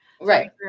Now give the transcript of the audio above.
Right